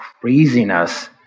craziness